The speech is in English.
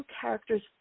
characters